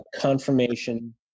confirmation